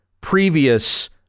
previous